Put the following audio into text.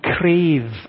crave